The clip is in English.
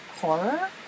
horror